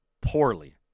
poorly